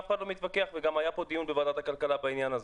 אף אחד לא מתווכח וגם היה פה דיון בוועדת הכלכלה בעניין הזה.